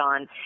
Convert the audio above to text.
on